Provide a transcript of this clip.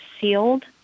sealed